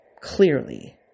Clearly